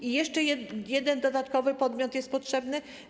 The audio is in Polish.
I jeszcze jeden dodatkowy podmiot jest potrzebny.